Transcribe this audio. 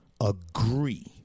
agree